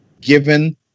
given